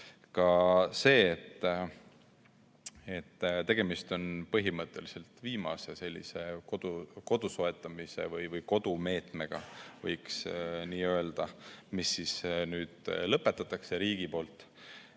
ka see, et tegemist on põhimõtteliselt viimase kodu soetamise meetmega või kodumeetmega, võiks nii öelda, mis nüüd lõpetatakse riigi poolt.